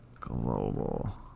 global